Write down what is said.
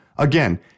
Again